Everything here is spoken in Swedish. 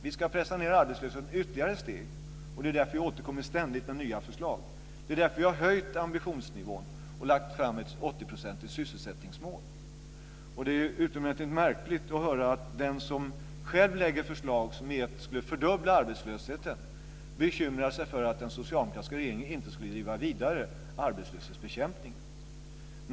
Vi ska pressa ned arbetslösheten ytterligare ett steg. Det är därför vi ständigt återkommer med nya förslag. Det är därför vi har höjt ambitionsnivån och lagt fram ett sysselsättningsmål på Det är utomordentligt märkligt att höra att den som själv lägger fram förslag som egentligen skulle fördubbla arbetslösheten bekymrar sig för att den socialdemokratiska regeringen inte skulle driva arbetslöshetsbekämpningen vidare.